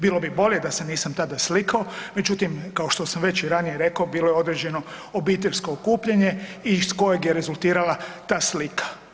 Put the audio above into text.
Bilo bi bolje da se nisam tada slikao, međutim kao što sam već i ranije rekao bilo je određeno obiteljsko okupljanje iz kojeg je rezultirala ta slika.